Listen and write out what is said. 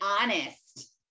honest